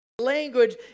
language